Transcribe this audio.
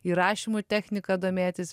įrašymų technika domėtis